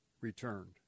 returned